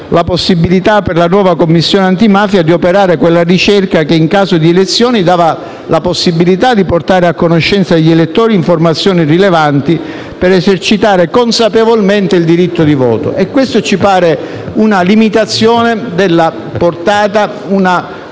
la possibilità per la nuova Commissione antimafia di operare quella ricerca che, in caso di elezioni, dava la possibilità di portare a conoscenza degli elettori informazioni rilevanti per esercitare consapevolmente il diritto di voto. Questa ci pare una limitazione della portata e una